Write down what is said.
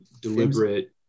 deliberate